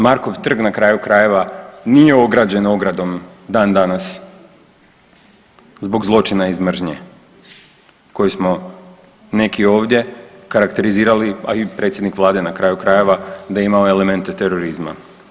Markov trg na kraju krajeva nije ograđen ogradom dan danas zbog zločina iz mržnje koji smo neki ovdje karakterizirali a i predsjednik Vlade na kraju krajeva da je imalo elemente terorizma.